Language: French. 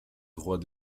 droit